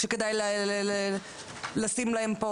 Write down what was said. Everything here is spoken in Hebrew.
שכדאי לעצור אותה פה